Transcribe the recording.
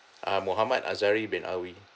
ah mohammad azahari bin awie